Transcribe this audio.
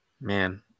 Man